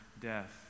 death